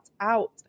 out